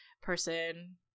person